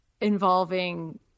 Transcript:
involving